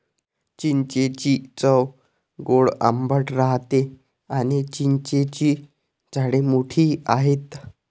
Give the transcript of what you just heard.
चिंचेची चव गोड आंबट राहते आणी चिंचेची झाडे मोठी आहेत